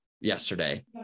yesterday